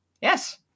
yes